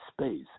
space